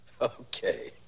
Okay